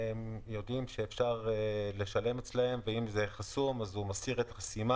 נותנים כאן איזה שהן סמכויות לא מוגדרות לנציגי חברות פרטיות.